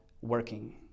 working